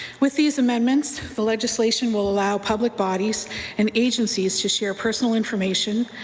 with these amendments, the legislation will allow public bodies and agencies to share personal information,